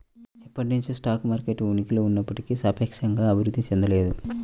ఎప్పటినుంచో stock market ఉనికిలో ఉన్నప్పటికీ సాపేక్షంగా అభివృద్ధి చెందలేదు